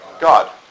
God